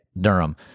Durham